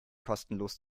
kostenlos